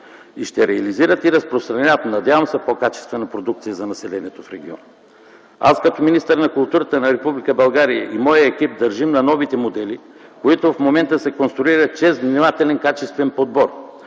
ще реализират и разпространяват по-качествена продукция за населението в региона. Аз като министър на културата на Република България и моят екип държим на новите модели, които в момента се конструират чрез внимателен качествен подбор